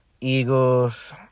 Eagles